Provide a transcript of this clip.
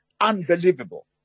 unbelievable